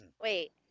Wait